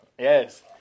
Yes